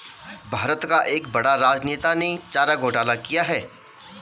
भारत का एक बड़ा राजनेता ने चारा घोटाला किया